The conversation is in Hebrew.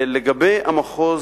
לגבי המחוז